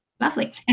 Lovely